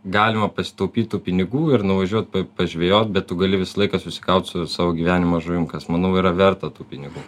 galima pasitaupyt tų pinigų ir nuvažiuot pa pažvejoti bet tu gali visą laiką susikaut su savo gyvenimo žuvim kas manau yra verta tų pinigų